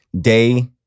day